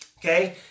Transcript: Okay